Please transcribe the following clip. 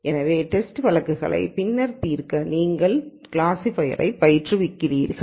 எனவே டேஸ்டு வழக்குகளை பின்னர் தீர்க்க நீங்கள் கிளாஸிஃபையரைப் பயிற்றுவிக்கிறீர்கள்